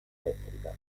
elettrica